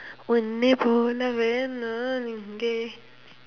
உன்னைப் போலவே நான் இங்கே:unnaip poolavee naan ingkee